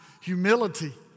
humility